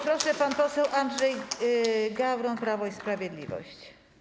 Proszę, pan poseł Andrzej Gawron, Prawo i Sprawiedliwość.